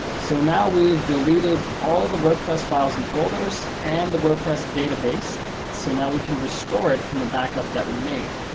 so now we've deleted all the wordpress files and folders and the wordpress database so now we can restore it from the backup that we made.